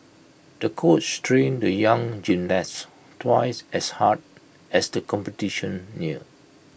the coach trained the young gymnast twice as hard as the competition neared